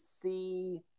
see –